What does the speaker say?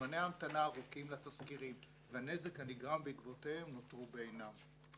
זמני המתנה ארוכים לתסקירים והנזק הנגרם בעקבותיהם נותרו בעינם.